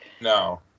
no